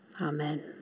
Amen